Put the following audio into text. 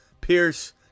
Pierce